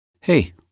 Hey